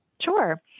Sure